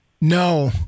No